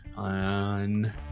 On